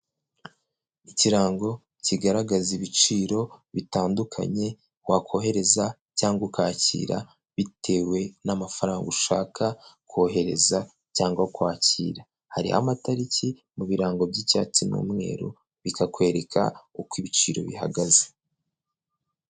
Ikirango kigaragaza ibiciro bitandukanye, wakohereza cyangwa ukakira, bitewe n'amafaranga ushaka kohereza cyangwa kwakira, hariho amatariki mu birango by'icyatsi n'umweru, bikakwereka uko ibiciro bihagaze.